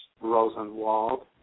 Rosenwald